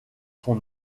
son